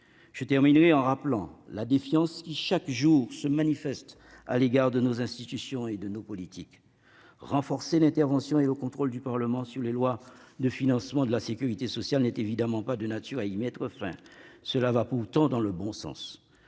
Je terminerai en rappelant la défiance qui, chaque jour, se manifeste à l'égard de nos institutions et de nos politiques. Renforcer l'intervention et le contrôle du Parlement sur les lois de financement de la sécurité sociale n'est évidemment pas de nature à y mettre fin. Cela va pourtant dans le bon sens.